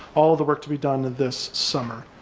all the work to be done to this summer.